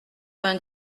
vingt